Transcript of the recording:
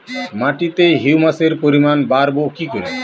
মাটিতে হিউমাসের পরিমাণ বারবো কি করে?